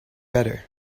better